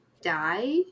die